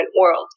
world